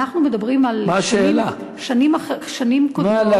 אנחנו מדברים על שנים קודמות, מה השאלה?